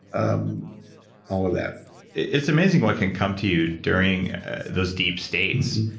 um all of that it's amazing what can come to you during those deep states.